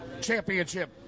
Championship